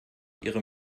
ihre